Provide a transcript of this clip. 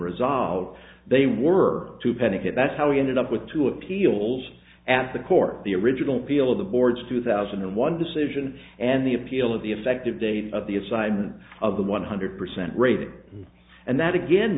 resolved they were too penikett that's how we ended up with two appeals at the court the original feel of the board's two thousand and one decision and the appeal of the effective date of the assignment of the one hundred percent rate and that again